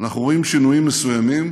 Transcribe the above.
אנחנו רואים שינויים מסוימים